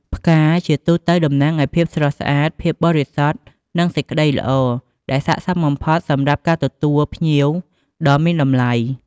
ផ្កាជាទូទៅតំណាងឱ្យភាពស្រស់ស្អាត ភាពបរិសុទ្ធ និងសេចក្ដីល្អ ដែលស័ក្តិសមបំផុតសម្រាប់ការទទួលភ្ញៀវដ៏មានតម្លៃ។